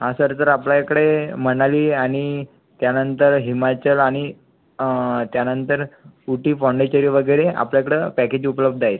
हा सर जर आपल्याकडे मनाली आणि त्यानंतर हिमाचल आणि त्यानंतर उटी पॉंडिचेरी वगैरे आपल्याकडं पॅकेज उपलब्ध आहेत